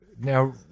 now